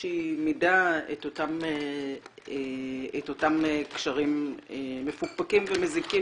שהיא מידה את אותם קשרים מפוקפקים ומזיקים.